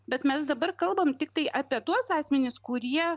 bet mes dabar kalbame tiktai apie tuos asmenis kurie